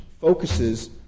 focuses